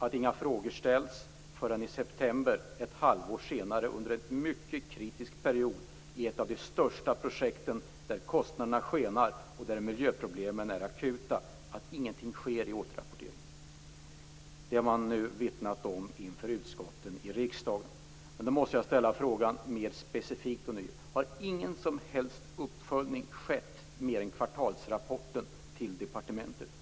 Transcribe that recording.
gåta att inga frågor ställdes förrän i september - ett halvår senare. Det är en mycket kritisk period för ett av våra största projekt. Kostnaderna skenar och miljöproblemen är akuta. Det är konstigt att ingen återrapportering sker. Det har man nu vittnat om inför riksdagens utskott. Jag måste ånyo ställa frågan, denna gång mer specifikt: Har ingen som helst uppföljning skett till departementet, bortsett från kvartalsrapporten?